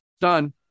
done